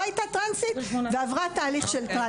הייתה טרנסית ועברה תהליך של טרנסית.